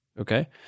Okay